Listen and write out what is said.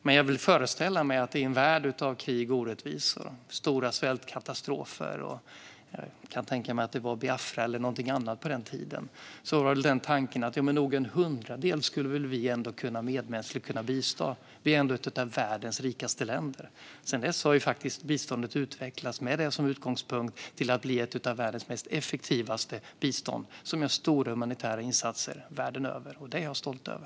Men jag vill föreställa mig att i en värld av krig, orättvisor och stora svältkatastrofer - jag kan tänka mig att det var Biafra eller något annat på den tiden - var tanken att vi nog ändå medmänskligt skulle kunna bistå med en hundradel. Vi är ändå ett av världens rikaste länder. Sedan dess har biståndet med detta som utgångspunkt utvecklats till att bli ett av världens mest effektiva, som bidrar till stora humanitära insatser världen över. Det är jag stolt över.